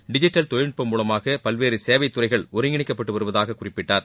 digital தொழில்நுட்பம் மூலமாக பல்வேறு சேவைத்துறைகள் ஒருங்கிணைப்பட்டுவருவதாக குறிப்பிட்டார்